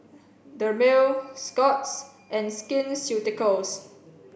Dermale Scott's and Skin Ceuticals